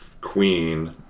Queen